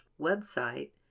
website